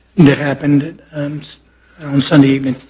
that happened and on sunday evening.